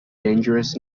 dangerous